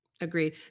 Agreed